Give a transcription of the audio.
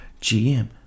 GM